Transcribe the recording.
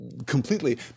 completely